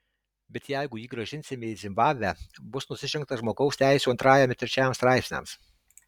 bet jeigu jį grąžinsime į zimbabvę bus nusižengta žmogaus teisių antrajam ir trečiajam straipsniams